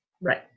Right